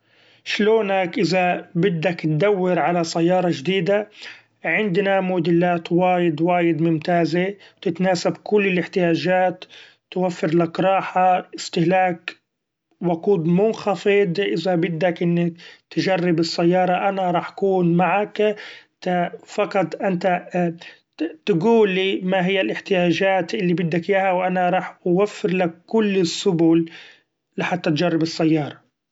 شلونك إذا بدك تدور علي سيارة جديدة عندنا موديلات وايد وايد ممتازة ، تتناسب كل الإحتياجات توفرلك راحه استهلاك وقود منخفض ، إذا بدك ان تجرب السيارة أنا رح كون معك فقط أنت تقول لي ما هي الإحتياجات إلي بدك ياها و أنا رح وفرلك كل السبل لحتي تجرب السيارة.